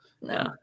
no